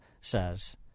says